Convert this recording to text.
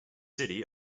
city